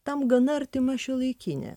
tam gana artima šiuolaikinė